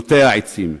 נוטע עצים,